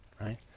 right